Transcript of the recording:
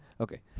Okay